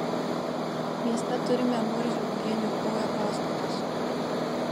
mieste turime murzių kurie niokoja pastatus